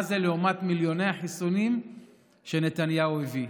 מה זה לעומת מילוני החיסונים שנתניהו הביא?